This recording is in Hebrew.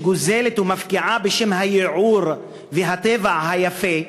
שגוזלת ומפקיעה בשם הייעור והטבע היפה,